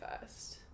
first